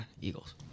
Eagles